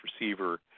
receiver